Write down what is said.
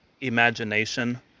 imagination